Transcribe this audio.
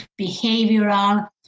behavioral